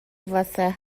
واسه